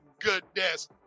goodness